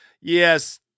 Yes